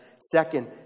Second